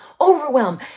overwhelm